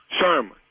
Sherman